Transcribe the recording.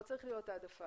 זאת לא צריכה להיות העדפה.